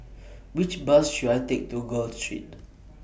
Which Bus should I Take to Gul Street